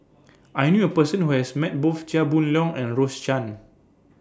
I knew A Person Who has Met Both Chia Boon Leong and Rose Chan